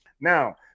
Now